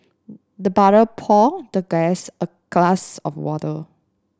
the butler poured the guest a glass of water